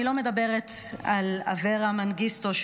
אני לא מדברת על אברה מנגיסטו,